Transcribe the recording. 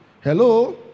Hello